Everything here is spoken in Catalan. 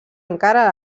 encara